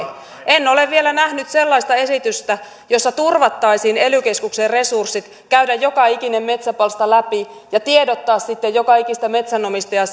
en ole vielä nähnyt sellaista esitystä jossa turvattaisiin ely keskuksen resurssit käydä joka ikinen metsäpalsta läpi ja tiedottaa sitten joka ikistä metsänomistajaa